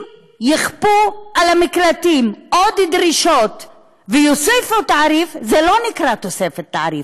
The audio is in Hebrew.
אם יכפו על המקלטים עוד דרישות ויוסיפו תעריף זה לא נקרא תוספת תעריף,